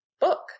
book